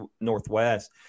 Northwest